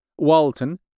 Walton